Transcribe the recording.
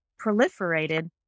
proliferated